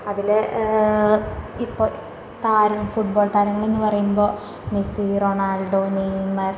അതിൽ ഇപ്പോൾ താരം ഫുട്ബോൾ താരങ്ങളെന്ന് പറയുമ്പോൾ മെസ്സി റൊണാൾഡോ നെയ്മർ